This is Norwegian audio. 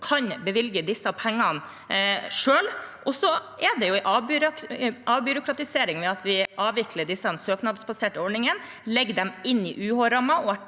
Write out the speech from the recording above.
kan bevilge disse pengene selv. Så er det en avbyråkratisering ved at vi avvikler de søknadsbaserte ordningene, legger dem inn i UH-rammen